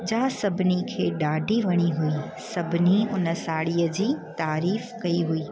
जा सभिनी खे ॾाढी वणी हुई सभिनी उन साड़ीअ जी तारीफ़ कई हुई